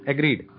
Agreed